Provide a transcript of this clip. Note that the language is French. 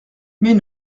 mais